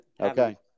Okay